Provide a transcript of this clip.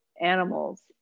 animals